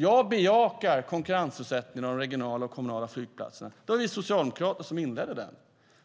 Jag bejakar konkurrensutsättningen av de regionala och kommunala flygplatserna. Det var vi socialdemokrater som inledde den,